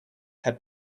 had